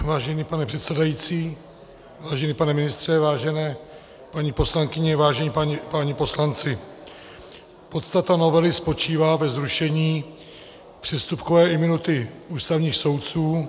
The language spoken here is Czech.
Vážený pane předsedající, vážený pane ministře, vážené paní poslankyně, vážení páni poslanci, podstata novely spočívá ve zrušení přestupkové imunity ústavních soudců.